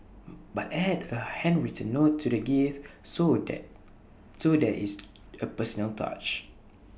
but add A handwritten note to the gift so there is A personal touch